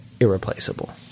irreplaceable